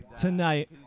tonight